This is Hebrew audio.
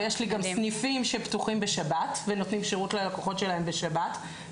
ויש לי גם סניפים שפתוחים בשבת ונותנים שירות ללקוחות שלהם בשבת,